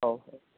आओ फिर